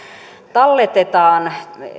talletetaan